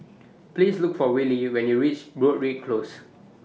Please Look For Willy when YOU REACH Broadrick Close